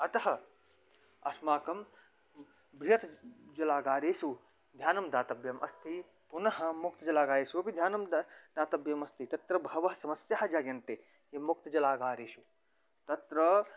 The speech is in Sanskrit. अतः अस्माकं बृहत् जलागारेषु ध्यानं दातव्यम् अस्ति पुनः मुक्तं जलागारेषु अपि ध्यानं द दातव्यम् अस्ति तत्र बहवः समस्याः जायन्ते ये मुक्तजलागारेषु तत्र